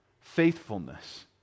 faithfulness